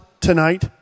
tonight